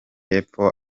y’epfo